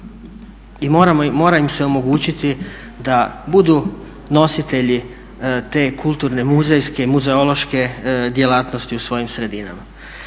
I mora im se omogućiti da budu nositelji te kulturne muzejske, muzeološke djelatnosti u svojim sredinama.